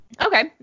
Okay